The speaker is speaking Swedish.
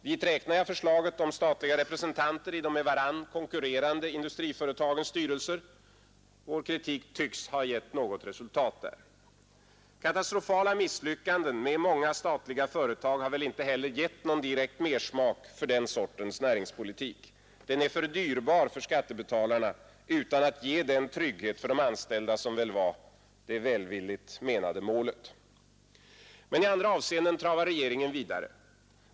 Dit hör förslaget om statliga representanter i de med varandra konkurrerande industriföretagens styrelser, där vår kritik tycks ha gett resultat. Katastrofala misslyckanden med många statliga företag har inte heller gett direkt mersmak för den sortens näringspolitik. Den är alltför dyrbar för skattebetalarna utan att ge den trygghet för de anställda som kanske var det välvilligt menade målet. Men i andra avseenden travar regeringen vidare.